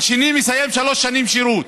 והשני מסיים שלוש שנים שירות.